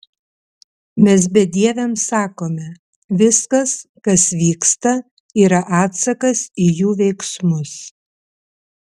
mes bedieviams sakome viskas kas vyksta yra atsakas į jų veiksmus